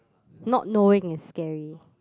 not knowing is scary